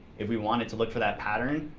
if we wanted to look for that pattern,